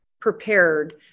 prepared